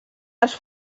dels